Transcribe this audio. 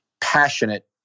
passionate